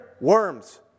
worms